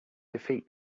defeat